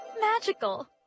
magical